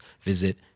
visit